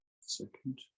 second